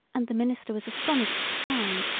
and the minister was astonished to find,